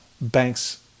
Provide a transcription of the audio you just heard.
Banks